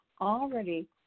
already